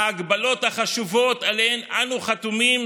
ההגבלות החשובות שעליהן אנו חתומים